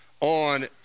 on